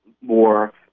more